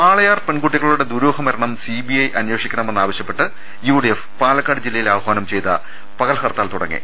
വാളയാർ പെൺകുട്ടികളുടെ ദുരൂഹമരണം സിബിഐ അന്വേ ഷിക്കണമെന്നാവശ്യപ്പെട്ട് യുഡിഎഫ് പാലക്കാട് ജില്ലയിൽ ആഹാനം ചെയ്ത പകൽ ഹർത്താൽ തുടങ്ങി